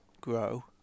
grow